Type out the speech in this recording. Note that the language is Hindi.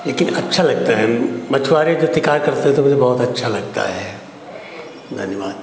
लेकिन अच्छा लगता है मछुआरे जब शिकार करते हैं तो मुझे बहुत अच्छा लगता है धन्यवाद